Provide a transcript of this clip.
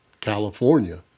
California